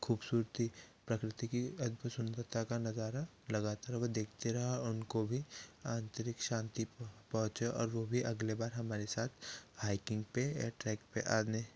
खूबसूरती प्रकृति की अद्भुत सुंदरता का नज़ारा लगातार वो देखते रहें और उनको भी आंतरिक शांति पोह पहुँचे और वो भी अगले बार हमारे साथ हाइकिंग पर या ट्रैक पर आने